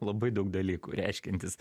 labai daug dalykų reiškiantis